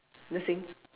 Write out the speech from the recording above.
nursing